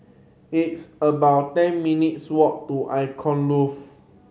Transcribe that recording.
it's about ten minutes' walk to Icon Loft